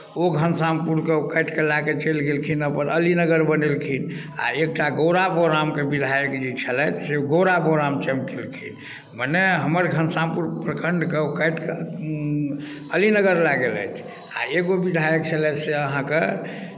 ओ घनश्यामपुरके काटि कऽ लए कऽ चलि गेलखिन अपन अली नगर बनेलखिन आ एकटा गौरा बौरामके विधायक जे छलथि से गौरा बौराम चमकेलखिन मने हमर घनश्यामपुर प्रखंडके ओ काटि कऽ अलीनगर लए गेलथि आ एगो विधायक छलथि से अहाँके